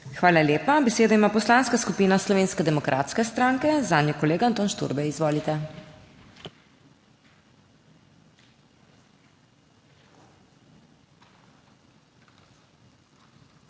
Hvala lepa. Besedo ima Poslanska skupina Slovenske demokratske stranke, zanjo kolega Anton Šturbej. Izvolite. **ANTON